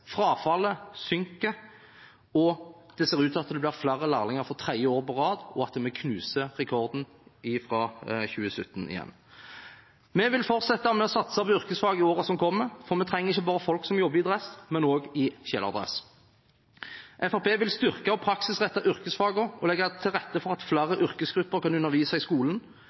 frafallet synker, og det ser ut til at det for tredje år på rad blir flere lærlinger, og at vi igjen knuser rekorden fra 2017. Vi vil fortsette med å satse på yrkesfag i året som kommer, for vi trenger ikke bare folk som jobber i dress, men også folk som jobber i kjeledress. Fremskrittspartiet vil styrke de praksisrettede yrkesfagene og legge til rette for at flere yrkesgrupper kan undervise i skolen.